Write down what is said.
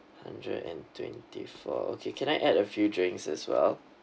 hundred and twenty four okay can I add a few drinks as well